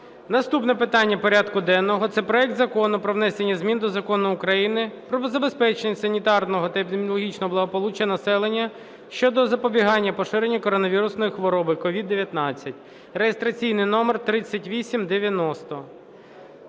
про прийняття за основу проекту Закону про внесення змін до Закону України "Про забезпечення санітарного та епідемічного благополуччя населення" щодо запобігання поширенню коронавірусної хвороби (COVID-19) (реєстраційний номер 3890).